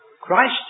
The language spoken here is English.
Christ